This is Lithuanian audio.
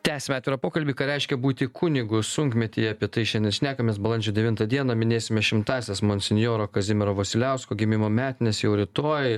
tęsiame atvirą pokalbį ką reiškia būti kunigu sunkmetyje apie tai šiandien šnekamės balandžio devintą dieną minėsime šimtąsias monsinjoro kazimiero vasiliausko gimimo metines jau rytoj